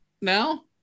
now